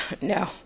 No